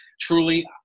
truly